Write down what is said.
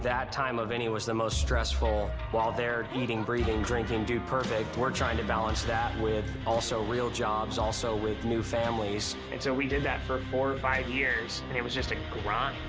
time of any was the most stressful. while they're eating, breathing, drinking dude perfect, we're trying to balance that with also real jobs, also with new families. and so we did that for four or five years, and it was just a grind.